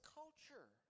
culture